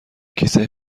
کیسه